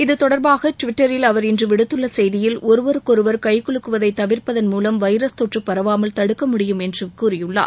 இத்தொடர்பாக டுவிட்டரில் அவர் இன்று விடுத்துள்ள செய்தியில் ஒருவருக்கொருவர் கை குலுக்குவதை தவிர்ப்பதன் மூவம் வைரஸ் தொற்று பரவாமல் தடுக்க முடியும் என்றும் கூறியுள்ளார்